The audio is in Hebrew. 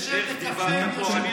כדאי שתשב לקפה עם יושב-ראש הכנסת,